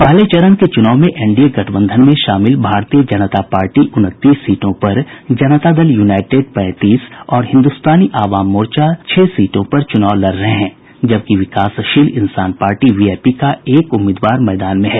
पहले चरण के चुनाव में एनडीए गठबंधन में शामिल भारतीय जनता पार्टी उनतीस सीटों पर जनता दल यूनाईटेड पैंतीस और हिन्दुस्तानी आवाम मोर्चा हम छह सीटों पर चुनाव लड़ रहे हैं जबकि विकासशील इन्सान पार्टी वीआईपी का एक उम्मीदवार मैदान में है